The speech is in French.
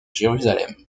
jérusalem